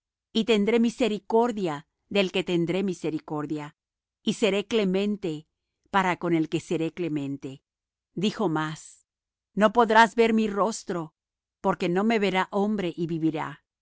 y tendré misericordia del que tendré misericordia y seré clemente para con el que seré clemente dijo más no podrás ver mi rostro porque no me verá hombre y vivirá